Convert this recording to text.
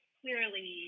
clearly